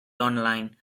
online